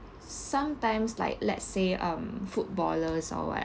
sometimes like let's say um footballers or what